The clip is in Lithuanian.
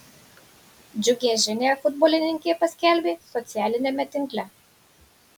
džiugią žinią futbolininkė paskelbė socialiniame tinkle